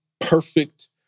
perfect